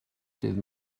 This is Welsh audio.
dydd